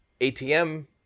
ATM